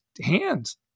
hands